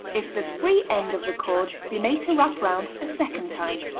if the free end of the cord be made to wrap round a second time.